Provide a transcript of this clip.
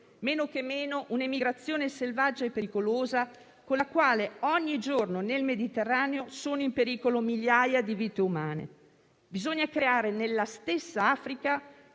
soprattutto un'emigrazione selvaggia e pericolosa, con la quale ogni giorno nel Mediterraneo sono in pericolo migliaia di vite umane. Bisogna creare nella stessa Africa